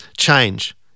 change